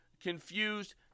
confused